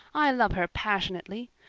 i love her passionately.